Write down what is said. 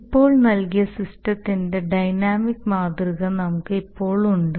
ഇത് നൽകിയ സിസ്റ്റത്തിന്റെ ഡൈനാമിക് മാതൃക നമുക്ക് ഇപ്പോൾ ഉണ്ട്